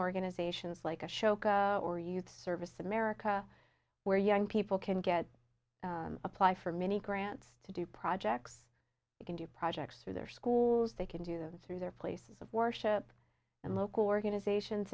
organizations like the shoka or youth service america where young people can get apply for many grants to do projects you can do projects through their schools they can do through their places of worship and local organizations